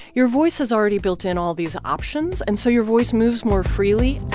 your voice has already built in all these options. and so your voice moves more freely